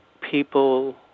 people